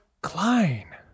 Klein